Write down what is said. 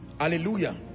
hallelujah